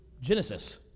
Genesis